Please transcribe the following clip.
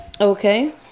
Okay